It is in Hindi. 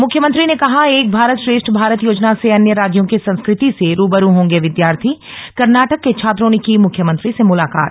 मुख्यमंत्री ने कहा एक भारत श्रेष्ठ भारत योजना से अन्य राज्यों की संस्कृति से रूबरू होंगे विद्यार्थी कर्नाटक के छात्रों ने की मुख्यमंत्री से मुलाकात